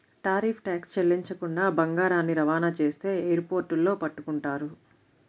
tariff tax చెల్లించకుండా బంగారాన్ని రవాణా చేస్తే ఎయిర్ పోర్టుల్లో పట్టుకుంటారు